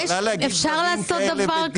אפשר לעשות דבר כזה?